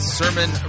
sermon